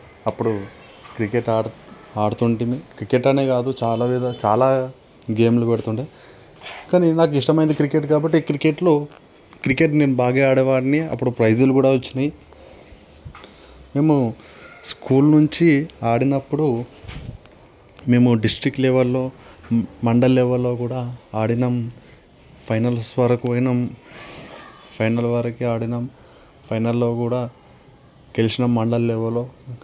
అప్పుడు క్రికెట్ ఆడు ఆడుతూ ఉంటిమి క్రికెట్ అనే కాదు చాలా విధా చాలా గేమ్లు పెడుతూ ఉండే కానీ నాకు ఇష్టము అయినది క్రికెట్ కాబట్టి క్రికెట్లో క్రికెట్ నేను బాగా ఆడే వాడిని అప్పుడు ప్రైజ్లు కూడా వచ్చాయి మేము స్కూల్ నుంచి ఆడినప్పుడు మేము డిస్ట్రిక్ట్ లెవెల్లో మండల్ లెవెల్లో కూడా ఆడాము ఫైనల్స్ వరకు పోయాము ఫైనల్ వరకు ఆడాము ఫైనల్లో కూడా గేలిచాము మండల్ లెవెల్లో